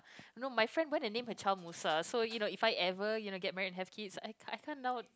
you know my friend went and name her child name Musa so you know if I ever you know get married and have kids I can't I can't now